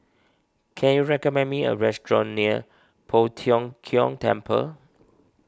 can you recommend me a restaurant near Poh Tiong Kiong Temple